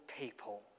people